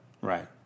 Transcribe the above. Right